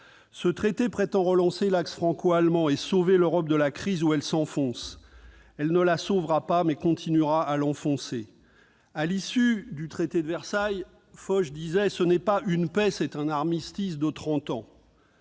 Ce traité, prétend-on, va relancer l'axe franco-allemand et sauver l'Europe de la crise où elle s'enfonce. Or il ne la sauvera pas, mais continuera à l'enfoncer. Lorsque le traité de Versailles fut signé, Foch disait :« Ce n'est pas une paix, c'est un armistice de trente